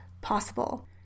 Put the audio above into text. possible